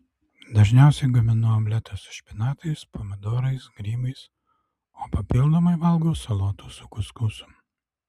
dažniausiai gaminu omletą su špinatais pomidorais grybais o papildomai valgau salotų su kuskusu